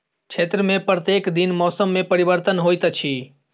क्षेत्र में प्रत्येक दिन मौसम में परिवर्तन होइत अछि